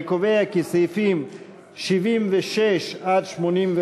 אני קובע כי סעיפים 76 85,